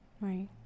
right